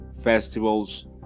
festivals